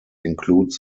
includes